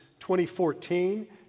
2014